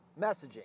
messaging